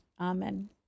Amen